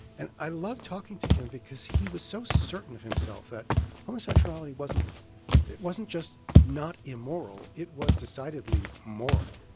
and i loved talking to him because he was so certain of himself that homosexuality wasn't it wasn't just not immoral, it was decidedly moral.